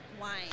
wine